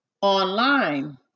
online